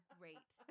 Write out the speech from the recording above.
great